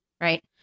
Right